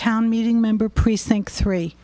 town meeting member precinct three